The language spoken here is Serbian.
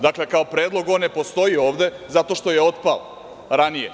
Dakle, kao predlog on ne postoji ovde zato što je otpao ranije.